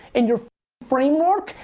in your framework,